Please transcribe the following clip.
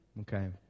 Okay